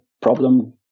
problem